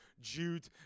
Jude